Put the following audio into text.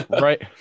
Right